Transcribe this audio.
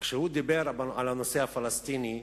כשהוא דיבר על הנושא הפלסטיני,